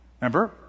Remember